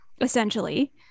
essentially